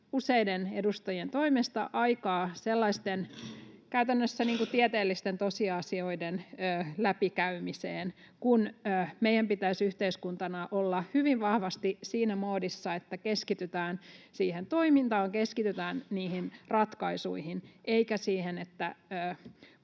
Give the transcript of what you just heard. useiden edustajien toimesta aikaa sellaisten käytännössä tieteellisten tosiasioiden läpikäymiseen, kun meidän pitäisi yhteiskuntana olla hyvin vahvasti siinä moodissa, että keskitytään siihen toimintaan, keskitytään niihin ratkaisuihin, eikä siihen, että